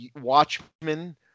Watchmen